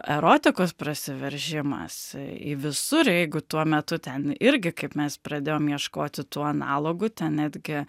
erotikos prasiveržimas į visur jeigu tuo metu ten irgi kaip mes pradėjom ieškoti tų analogų ten netgi